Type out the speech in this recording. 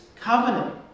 covenant